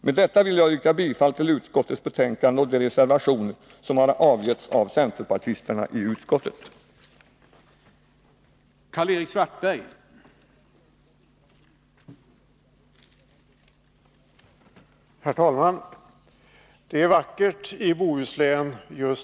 Med detta vill jag yrka bifall till utskottets hemställan utom på de punkter där centerpartisterna i utskottet avgett reservationer, som jag således yrkar bifall till.